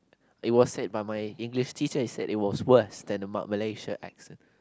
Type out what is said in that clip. it was said by my English teacher he said it worse than a ma~ Malaysia accent